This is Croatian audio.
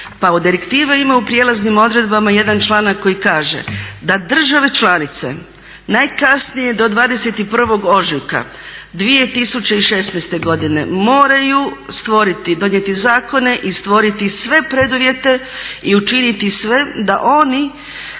Pa direktiva ima u prijelaznim odredbama jedan članak koji kaže da države članice najkasnije do 21. ožujka 2016. godine moraju stvoriti, donijeti zakone i stvoriti sve preduvjete i učiniti sve da oni